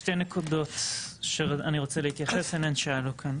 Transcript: שתי נקודות שאני רוצה להתייחס שעלו כאן.